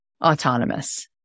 autonomous